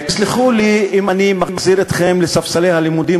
תסלחו לי אם אני מחזיר אתכם לספסל הלימודים